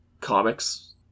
comics